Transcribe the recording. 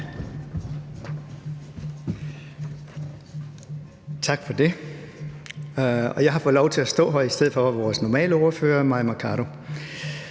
Tak for det. Jeg har fået lov til at stå her i stedet for vores normale ordfører, Mai Mercado.